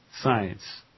science